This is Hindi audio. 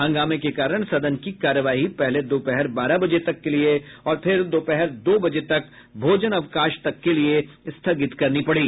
हंगामे के कारण सदन की कार्यवाही पहले दोपहर बारह बजे तक के लिये और फिर दोपहर दो बजे तक भोजनावकाश तक के लिये स्थगित करनी पड़ी